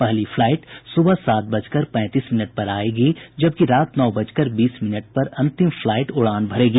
पहली फ्लाइट सुबह सात बजकर पैंतीस मिनट पर आयेगी जबकि रात नौ बजकर बीस मिनट पर अंतिम फ्लाइट उड़ान भरेगी